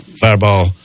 Fireball